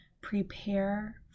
prepare